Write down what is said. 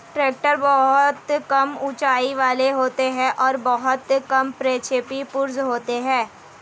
tractor बहुत कम ऊँचाई वाले होते हैं और बहुत कम प्रक्षेपी पुर्जे होते हैं